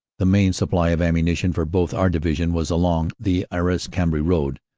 the main supply of ammunition for both our divisions was along the arras-cambrai road,